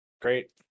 Great